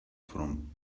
from